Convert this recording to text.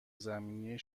زمینی